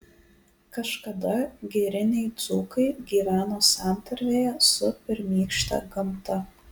kažkada giriniai dzūkai gyveno santarvėje su pirmykšte gamta